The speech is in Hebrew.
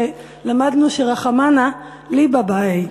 שלמדנו ש"רחמנא ליבא בעי",